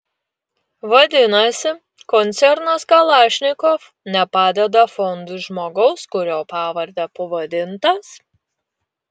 vadinasi koncernas kalašnikov nepadeda fondui žmogaus kurio pavarde pavadintas